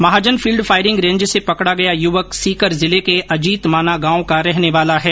महाजन field firing range से पकडा गया युवक सीकर जिले के अजीतमाना गांव का रहने वाला है